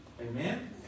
Amen